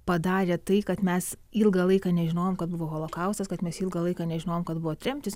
padarė tai kad mes ilgą laiką nežinojom kad buvo holokaustas kad mes ilgą laiką nežinojom kad buvo tremtys